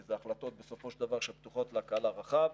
כי אלה החלטות בסופו של דבר שפתוחות לקהל הרחב.